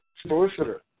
Solicitor